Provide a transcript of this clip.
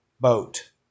boat